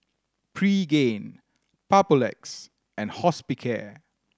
Pregain Papulex and Hospicare